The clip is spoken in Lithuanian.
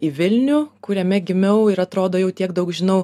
į vilnių kuriame gimiau ir atrodo jau tiek daug žinau